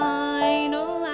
final